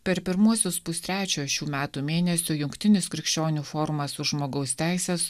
per pirmuosius pustrečio šių metų mėnesių jungtinis krikščionių forumas už žmogaus teises